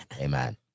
amen